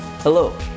Hello